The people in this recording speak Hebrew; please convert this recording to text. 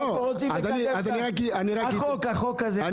אנחנו רוצים לקדם את החוק הזה.